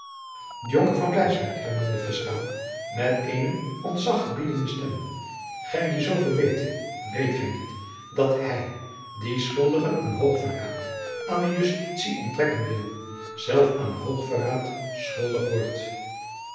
bleiswyk hernam de fiscaal met eene ontzachgebiedende stem gij die zooveel weet weet gij niet dat hij die schuldigen aan hoog verraad aan de justitie onttrekken wil zelf aan hoog verraad schuldig wordt